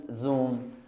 Zoom